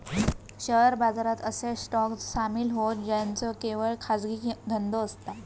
share बाजारात असे stock सामील होतं ज्यांचो केवळ खाजगी धंदो असता